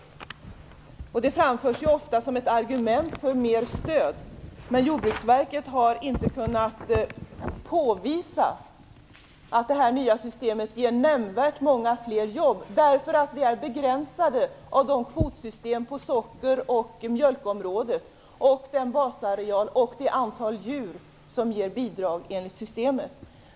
Att det skapas nya jobb framförs ju ofta som ett argument för mer stöd. Men Jordbruksverket har inte kunnat påvisa att det nya systemet ger nämnvärt fler jobb, eftersom vi är begränsade av kvotsystemen på socker och mjölkområdet, den basareal och det antal djur som ger bidrag enligt systemet.